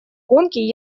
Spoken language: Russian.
гонки